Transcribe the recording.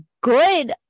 good